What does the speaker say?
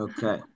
Okay